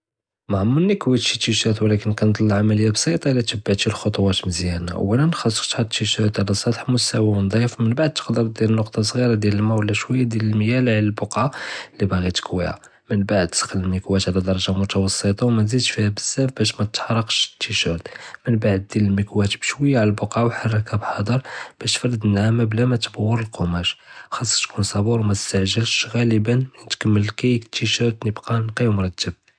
מְעָאמְרְנִי כּוִית שִׁי טִישֵׁרְט וּלכּן כּנְטְ'נּ אלעַמַלִיָה בּסִיטָה אִילָא תְבַּעְתִי אלחְטְוָאת מְזִיַאן، אוַּלָּאן חָאסכּ תְחַט טִישֵׁרְט עלא סְטַח מֻסְתוִוי וּנְצִיף וּמִנְבַּעְד תְקְדֶר דִיר נֻקְּטָה צְגִ'ירָה דִיאַל אלמָא וּשְׁוִיָה דִיאַל אלמִיַאה לְהאד אלבְּקָּעָה לִי בָּאגִי תְכּוִיהָא، מִנְבַּעְד סַחְ'נ אלמִכְּוָאה עלא דַרָגָה מֻתּוַסִטָה וּמַתְזִידְש בִּיהָא בּזזאף בָּאה מָא יִתְחְרֶקְּש אלטִישֵׁרְט، מִמְבַּעְד דִיר אלמִכְּוָאה בּשְׁוִיָה עלא אלבְּקָּעָה וּחַרְכְּהָא בִּחְדַ'ר בּאש תְפַרְד אלנִעָאמָה בְּלָא מַתְבּוֹר אלקְּמָאשׁ, חָאסכּ תְכוּן צַבּוּר וּמַתְסְתַעְגֶלְש، גָאלִבָּאן מִין תְכְּמֶל אלקִּי אלטִישֵׁרְט יִבְּקָּא.